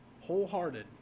Wholehearted